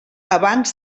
abans